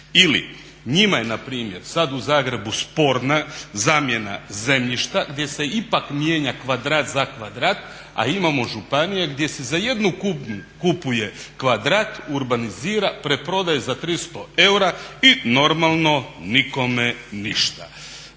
Ili njima je npr. sad u Zagrebu sporna zamjena zemljišta gdje se ipak mijenja kvadrat za kvadrat, a imamo županije gdje se za 1 kunu kupuje kvadrat, urbanizira, preprodaje za 300 eura i normalno nikome ništa.